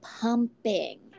pumping